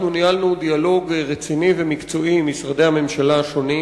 ניהלנו דיאלוג רציני ומקצועי עם משרדי הממשלה השונים.